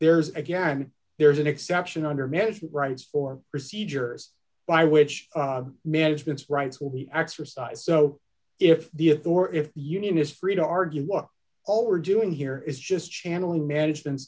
there's again there's an exception under management rights for procedures by which management's rights will be exercised so if the if the or if the union is free to argue well all we're doing here is just channeling management